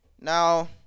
now